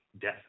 death